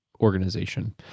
organization